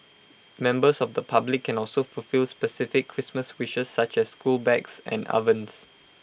members of the public can also fulfil specific Christmas wishes such as school bags and ovens